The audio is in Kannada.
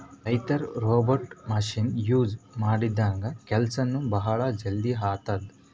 ರೈತರ್ ರೋಬೋಟ್ ಮಷಿನ್ ಯೂಸ್ ಮಾಡದ್ರಿನ್ದ ಕೆಲ್ಸನೂ ಭಾಳ್ ಜಲ್ದಿ ಆತದ್